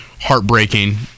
heartbreaking